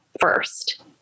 first